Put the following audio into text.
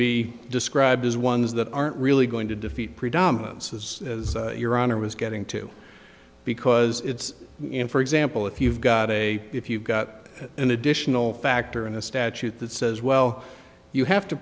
be described as ones that aren't really going to defeat predominance is as your honor was getting to because it's in for example if you've got a if you've got an additional factor in a statute that says well you have to